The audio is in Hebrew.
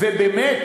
ובאמת,